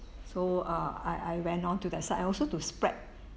so ah I I ran onto that site lor so to spread